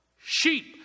sheep